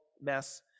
mess